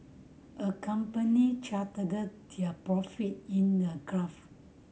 a company charted their profit in a graph